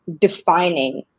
defining